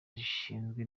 zishinzwe